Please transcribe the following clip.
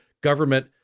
government